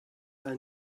are